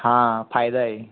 हा फायदा आहे